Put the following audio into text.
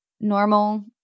normal